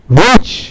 rich